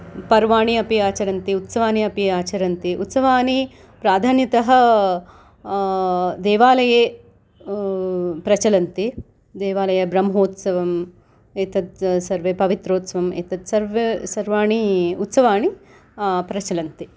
पर्वाणि अपि आचरन्ति उत्सवानि अपि आचरन्ति उत्सवानि प्राधान्यतः देवालये प्रचलन्ति देवालये ब्रह्मोत्सवम् एतत् सर्वे पवित्रोत्सवम् एतत्सर्वाणि उत्सवाणि प्रचलन्ति